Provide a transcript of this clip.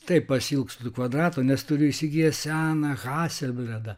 taip pasiilgstu kvadrato nes turiu įsigijęs seną haseledą